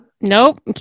Nope